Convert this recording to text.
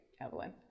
Evelyn